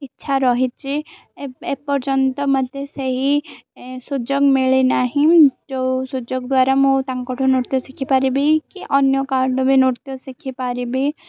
ଇଚ୍ଛା ରହିଛି ଏପ୍ ଏପର୍ଯ୍ୟନ୍ତ ମୋତେ ସେହି ସୁଯୋଗ ମିଳିନାହିଁ ଯେଉଁ ସୁଯୋଗ ଦ୍ୱାରା ମୁଁ ତାଙ୍କଠୁ ନୃତ୍ୟ ଶିଖିପାରିବି କି ଅନ୍ୟ କାହାଠୁ ବି ନୃତ୍ୟ ଶିଖିପାରିବି